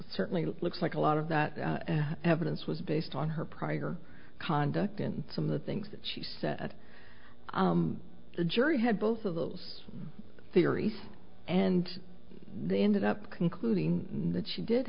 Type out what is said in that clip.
certainly looks like a lot of that evidence was based on her prior conduct in some of the things that she said that the jury had both of those theories and they ended up concluding that she did